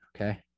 Okay